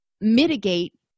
mitigate